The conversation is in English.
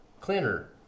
Cleaner